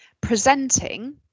Presenting